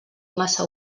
massa